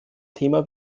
thema